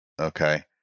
Okay